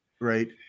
right